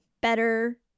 better